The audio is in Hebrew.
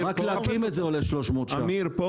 עמיר פה?